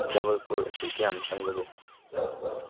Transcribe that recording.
ꯖꯕꯜꯄꯨꯔ ꯑꯁꯤ ꯀꯌꯥꯝ ꯆꯪꯕꯒꯦ